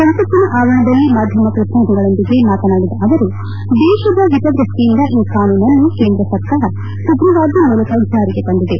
ಸಂಸತ್ತಿನ ಆವರಣದಲ್ಲಿ ಮಾಧ್ಯಮ ಪ್ರತಿನಿಧಿಗಳೊಂದಿಗೆ ಮಾತನಾಡಿದ ಅವರು ದೇಶದ ಹಿತಾದ್ಯಪ್ಕಿಯಿಂದ ಈ ಕಾನೂನನ್ನು ಕೇಂದ್ರ ಸರ್ಕಾರ ಸುಗ್ರೀವಾಜ್ಞೆ ಮೂಲಕ ಜಾರಿಗೆ ತಂದಿದೆ